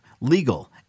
legal